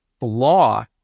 law